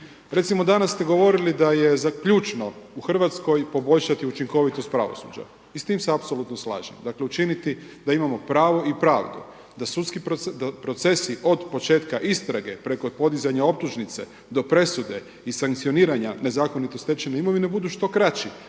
Recimo danas ste govorili da je za ključno u Hrvatskoj poboljšati učinkovitost pravosuđa i s tim se apsolutno slažem. Dakle, učiniti da imam pravo i pravdu, da procesi od početka istrage preko podizanja optužnice do presude i sankcioniranja nezakonito stečene imovine budu što kraći,